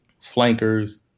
flankers